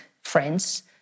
friends